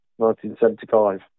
1975